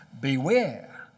Beware